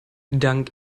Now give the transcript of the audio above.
dank